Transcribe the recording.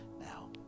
now